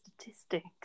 Statistics